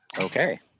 Okay